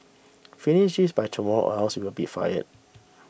finish this by tomorrow or else you'll be fired